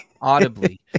audibly